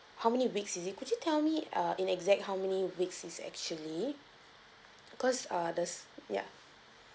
how many weeks is it could you tell me uh in exact how many weeks is actually cause err there's ya